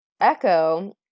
Echo